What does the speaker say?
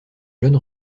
jeune